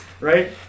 Right